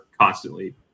constantly